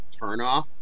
turnoff